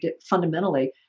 fundamentally